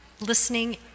listening